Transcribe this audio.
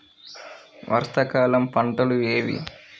వర్షాకాలం పంటలు ఏవి?